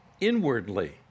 inwardly